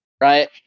right